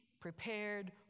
prepared